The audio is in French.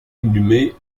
inhumé